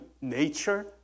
nature